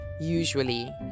usually